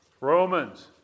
Romans